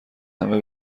همه